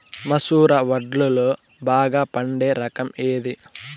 మసూర వడ్లులో బాగా పండే రకం ఏది?